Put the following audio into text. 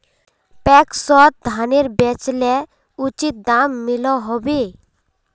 पैक्सोत धानेर बेचले उचित दाम मिलोहो होबे?